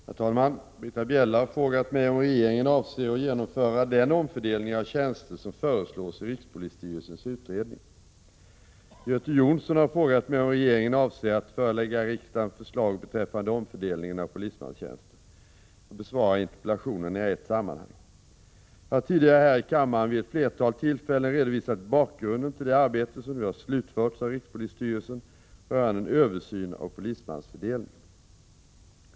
Herr talman! Britta Bjelle har frågat mig om regeringen avser att genomföra den omfördelning av tjänster som föreslås i rikspolisstyrelsens utredning. Göte Jonsson har frågat mig om regeringen avser att förelägga riksdagen förslag beträffande omfördelningen av polismanstjänster. Jag besvarar interpellationerna i ett sammanhang. Jag har tidigare här i kammaren vid ett flertal tillfällen redovisat bakgrunden till det arbete som nu har slutförts av rikspolisstyrelsen rörande en översyn av polismansfördelningen.